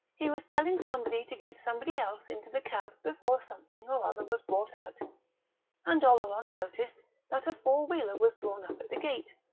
he was telling somebody to get somebody else into the cab before something or other was brought out and oleron noticed that a four-wheeler was drawn up at the gate.